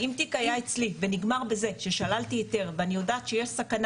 אם תיק היה אצלי ונגמר בזה ששללתי היתר ואני יודעת שיש סכנה.